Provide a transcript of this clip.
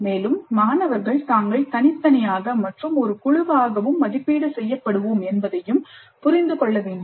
மேலும் மாணவர்கள் தாங்கள் தனித்தனியாக மற்றும் ஒரு குழுவாகவும் மதிப்பீடு செய்யப்படுவோம் என்பதையும் புரிந்து கொள்ள வேண்டும்